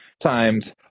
times